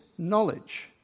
knowledge